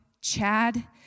Chad